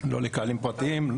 לקהלים פרטיים.